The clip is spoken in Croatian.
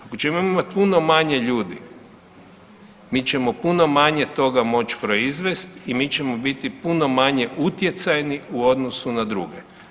Ako ćemo imati puno manje ljudi mi ćemo puno manje toga moći proizvesti i mi ćemo biti puno manje utjecajni u odnosu na druge.